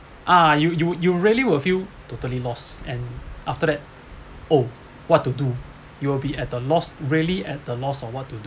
ah you you you really will feel totally loss and after that oh what to do you'll be at the lost really at the loss of what to do